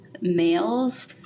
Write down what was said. males